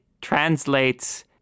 translates